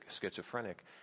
schizophrenic